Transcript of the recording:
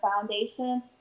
foundation